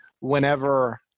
whenever –